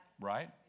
right